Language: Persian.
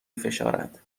فشارد